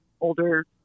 older